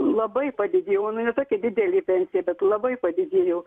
labai padidėjo nu ne tokia didelė pensija bet labai padidėjo